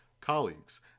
colleagues